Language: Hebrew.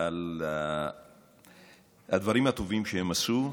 על הדברים הטובים שהם עשו.